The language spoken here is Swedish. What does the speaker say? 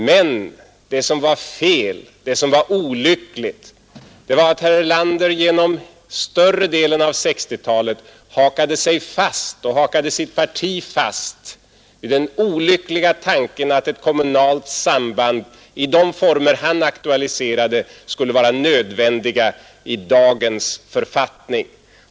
Men det som var fel var att herr Erlander genom större delen av 1960-talet hakade fast sig och sitt parti vid den olyckliga tanken att ett kommunalt samband i de former han aktualiserade skulle vara nödvändigt i dagens författning.